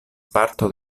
parto